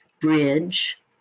bridge